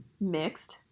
mixed